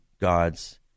God's